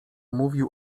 mówił